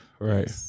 right